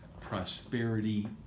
Prosperity